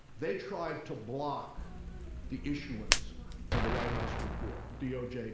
they tried to block the issuance of the white house report, doj